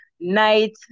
night